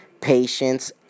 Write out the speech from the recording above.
patience